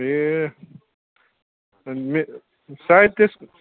ए अन मे सायद त्यस्तो